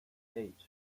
eight